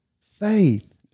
faith